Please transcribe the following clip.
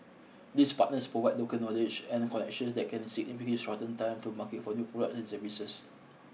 these partners provide local knowledge and connections that can significantly shorten time to market for new product and services